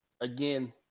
again